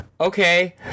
okay